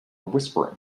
whispering